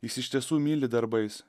jis iš tiesų myli darbais